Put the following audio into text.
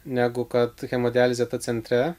negu kad hemodializė ta centre